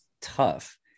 tough